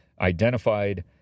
identified